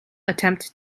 attempt